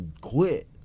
quit